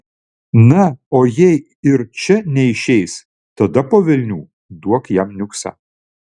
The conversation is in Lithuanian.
na o jei ir čia neišeis tada po velnių duok jam niuksą